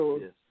yes